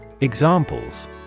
Examples